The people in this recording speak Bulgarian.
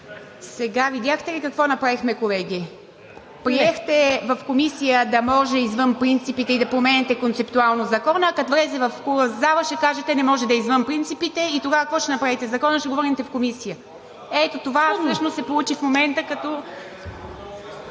Видяхте ли какво направихме, колеги? Приехте в Комисията да може извън принципите и да променяте концептуално закона, а като влезе в залата, ще кажете: не може да е извън принципите. И тогава какво ще направите закона? Ще го върнете в комисията?! Ето това всъщност се получи в момента, като...